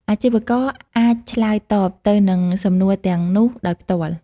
អាជីវករអាចឆ្លើយតបទៅនឹងសំណួរទាំងនោះដោយផ្ទាល់។